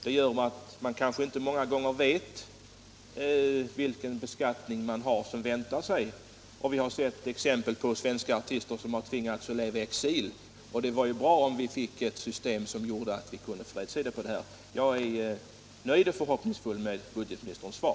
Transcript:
Det gör att artisterna många gånger inte vet vilken beskattning de har att räkna med. Vi har sett exempel på att svenska artister tvingats leva i exil på grund av stora skatteskulder i hemlandet. Det vore därför bra om vi fick ett system som gjorde att vi kunde få rätsida på de här frågorna. Jag är nöjd och förhoppningsfull efter budgetministerns svar.